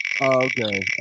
Okay